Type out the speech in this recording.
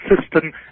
system